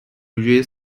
read